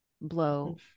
blow